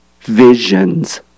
visions